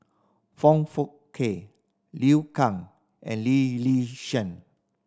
Foong Fook Kay Liu Kang and Lee Yi Shyan